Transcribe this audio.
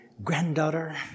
Granddaughter